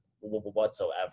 whatsoever